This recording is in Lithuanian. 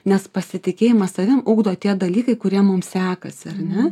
nes pasitikėjimą savim ugdo tie dalykai kurie mum sekasi ar ne